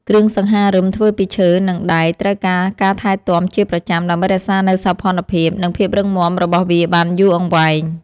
គ្រឿងសង្ហារឹមធ្វើពីឈើ និងដែកត្រូវការការថែទាំជាប្រចាំ ដើម្បីរក្សានូវសោភ័ណភាព និងភាពរឹងមាំរបស់វាបានយូរអង្វែង។